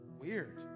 weird